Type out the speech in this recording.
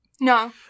No